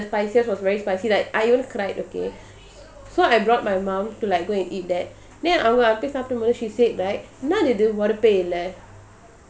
ya I said that the spices was very spicy like I really cried okay so I brought my mum to like go and eat that then she said right